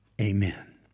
Amen